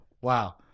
Wow